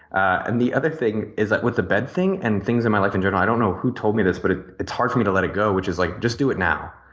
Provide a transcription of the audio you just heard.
and the other thing is that with the bed thing and things in my life in general i don't know who told me this, but ah it's hard for me to let it go which is like, just do it now.